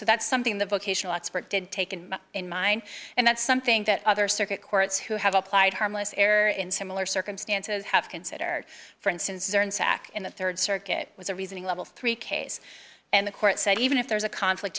so that's something the vocational expert did taken in mind and that's something that other circuit courts who have applied harmless error in similar circumstances have considered for instance or in sac in the rd circuit was a reasoning level three case and the court said even if there's a conflict